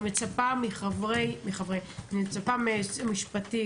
אני מצפה מהייעוץ המשפטי,